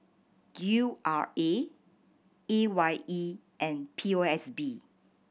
U R A A Y E and P O S B